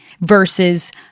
versus